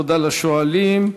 תודה לשואלים.